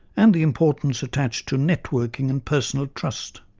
and the importance attached to networking and personal trust.